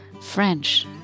French